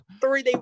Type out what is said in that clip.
Three